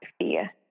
fear